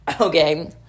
Okay